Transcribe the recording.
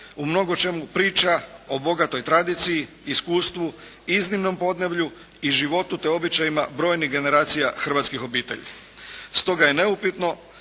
u mnogočemu priča o bogatoj tradiciji, iskustvu i iznimnom podneblju i životu te običajima brojnih generacija hrvatskih obitelji. Stoga je neupitno